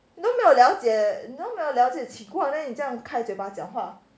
你都了解你都没有了解情况 then 你这样开嘴巴讲话